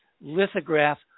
lithograph